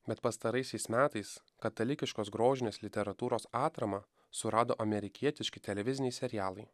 bet pastaraisiais metais katalikiškos grožinės literatūros atramą surado amerikietiški televiziniai serialai